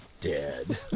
dead